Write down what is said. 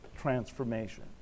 transformation